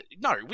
no